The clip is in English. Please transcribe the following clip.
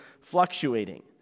fluctuating